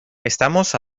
estamos